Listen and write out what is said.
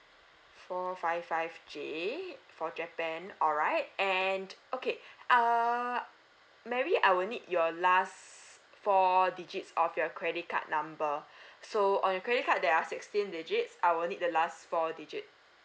four five five J for japan alright and okay err mary I will need your last four digits of your credit card number so on your credit card there are sixteen digits I will need the last four digit